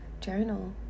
journal